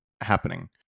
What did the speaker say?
happening